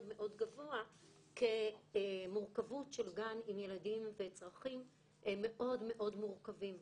מאוד גבוה כמורכבות של גן עם ילדים וצרכים מאוד מאוד מורכבים.